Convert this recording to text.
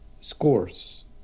scores